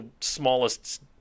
smallest